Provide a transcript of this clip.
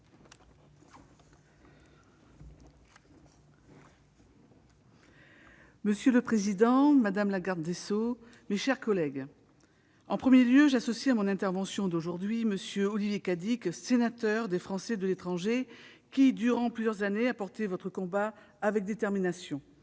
Monsieur le président, madame la garde des sceaux, mes chers collègues, en préambule, j'associe à cette intervention M. Olivier Cadic, sénateur des Français de l'étranger qui, durant plusieurs années, a porté ce combat avec détermination.